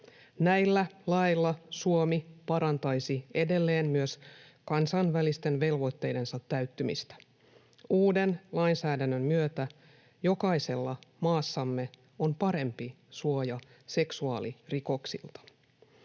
Näillä laeilla Suomi parantaisi edelleen myös kansainvälisten velvoitteidensa täyttymistä. Uuden lainsäädännön myötä jokaisella maassamme on parempi suoja seksuaalirikoksilta.